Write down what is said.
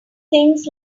things